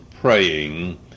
praying